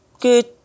good